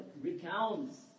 recounts